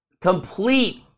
complete